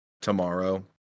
tomorrow